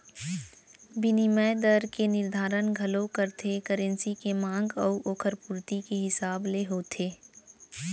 बिनिमय दर के निरधारन घलौ करथे करेंसी के मांग अउ ओकर पुरती के हिसाब ले होथे